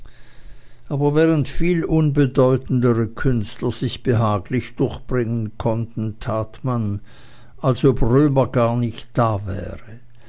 aber während viel unbedeutendere künstler sich behaglich durchbringen konnten tat man als ob römer gar nicht da wäre